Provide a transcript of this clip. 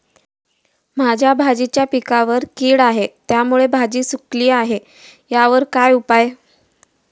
माझ्या भाजीच्या पिकावर कीड आहे त्यामुळे भाजी सुकली आहे यावर काय उपाय?